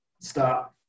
Start